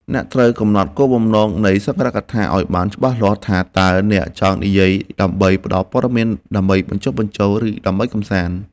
អ្នកត្រូវកំណត់គោលបំណងនៃសន្ទរកថាឱ្យបានច្បាស់លាស់ថា តើអ្នកចង់និយាយដើម្បីផ្ដល់ព័ត៌មាន ដើម្បីបញ្ចុះបញ្ចូល ឬដើម្បីកម្សាន្ត។